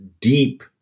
deep